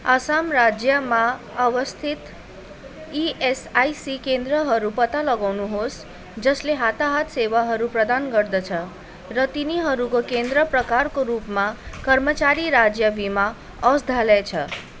आसम राज्यमा अवस्थित इएसआइसी केन्द्रहरू पत्ता लगाउनुहोस् जसले हताहत सेवाहरू प्रदान गर्दछ र तिनीहरूको केन्द्र प्रकारको रूपमा कर्मचारी राज्य बिमा औषधालय छ